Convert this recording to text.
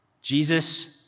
Jesus